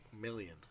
million